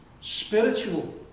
spiritual